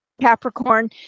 Capricorn